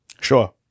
Sure